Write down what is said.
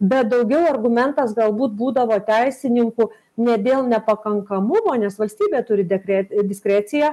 bet daugiau argumentas galbūt būdavo teisininkų ne dėl nepakankamumo nes valstybė turi dekret diskreciją